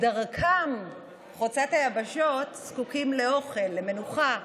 בדרכם חוצת היבשות, זקוקים לאוכל, למנוחה,